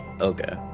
Okay